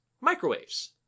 Microwaves